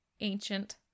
ancient